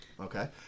Okay